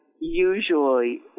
usually